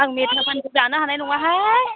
आं मिथा पानखौ जानो हानाय नङाहाय